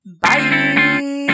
bye